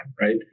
right